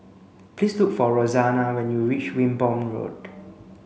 please look for Rosanna when you reach Wimborne Road